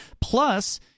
Plus